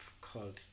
called